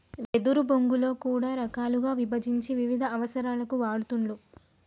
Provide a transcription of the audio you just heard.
వెదురు బొంగులో కూడా రకాలుగా విభజించి వివిధ అవసరాలకు వాడుతూండ్లు